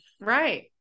Right